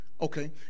okay